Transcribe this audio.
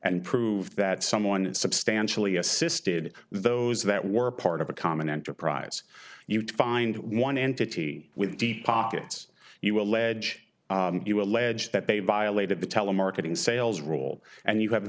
and prove that someone is substantially assisted those that were part of a common enterprise you would find one entity with deep pockets you allege you allege that they violated the telemarketing sales rule and you have